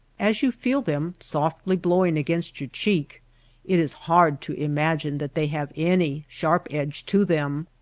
as you feel them softly blowing against your cheek it is hard to imagine that they have any sharp edge to them.